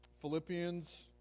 Philippians